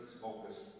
focus